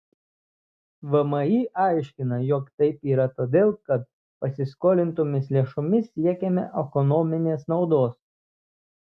vmi aiškina jog taip yra todėl kad pasiskolintomis lėšomis siekiama ekonominės naudos